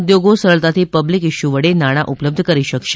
ઉદ્યોગો સરળતાથી public issue વડે નાણા ઉપલબ્ધ કરી શકશે